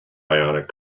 ionic